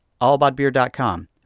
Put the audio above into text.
AllAboutBeer.com